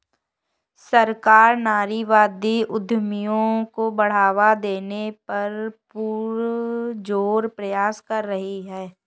सरकार नारीवादी उद्यमियों को बढ़ावा देने का पुरजोर प्रयास कर रही है